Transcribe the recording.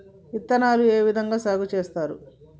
విత్తనాలు ఏ విధంగా సాగు చేస్తారు?